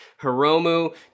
hiromu